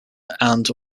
and